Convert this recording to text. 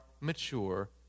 mature